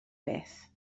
beth